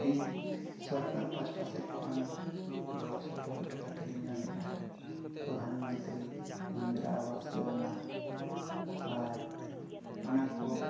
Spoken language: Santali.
ᱤᱧ ᱥᱚᱨᱠᱟᱨ ᱯᱟᱥᱴᱟ ᱥᱮᱫ ᱠᱷᱚᱱ ᱜᱚᱲᱚᱥᱚᱯᱚᱦᱚᱫ ᱞᱮᱠᱟ ᱛᱮᱞᱤᱧ ᱧᱟᱢᱮᱜᱼᱟ ᱯᱨᱚᱫᱷᱟᱱᱢᱚᱱᱛᱨᱤ ᱤᱱᱫᱨᱟ ᱟᱵᱟᱥ ᱡᱳᱡᱚᱱᱟ ᱟᱨ ᱚᱱᱟ ᱠᱚ